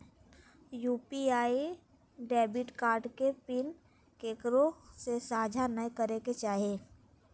UPI debit card के PIN केकरो से साझा नइ करे के चाही